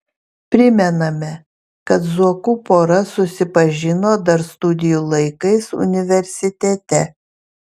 primename kad zuokų pora susipažino dar studijų laikais universitete